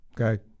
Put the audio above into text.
Okay